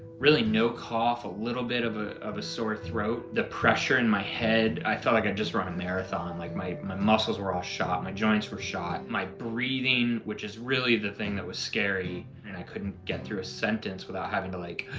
really no cough, a little bit of a of a sore throat. the pressure in my head, i felt like i'd just run a marathon, like my my muscles were all shot, my joints were shot. my breathing, which is really the thing that was scary. and i couldn't get through a sentence without having to like